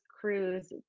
crews